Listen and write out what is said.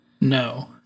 No